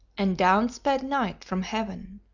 and down sped night from heaven.